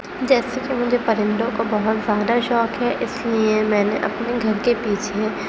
جیسے کہ مجھے پرندوں کا بہت زیادہ شوق ہے اس لیے میں نے اپنے گھر کے پیچھے